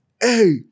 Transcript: hey